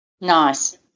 Nice